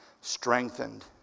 Strengthened